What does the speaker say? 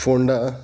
Ponda